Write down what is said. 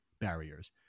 barriers